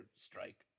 strike